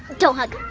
don't hug.